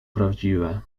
prawdziwe